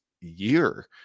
year